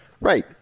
Right